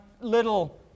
little